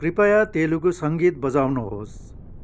कृपया तेलुगु सङ्गीत बजाउनुहोस्